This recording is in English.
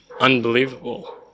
unbelievable